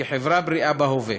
וכחברה בריאה בהווה.